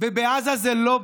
בעזה זה לא ביבי,